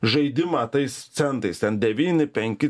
žaidimą tais centais ten devyni penki